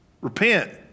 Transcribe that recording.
Repent